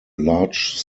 large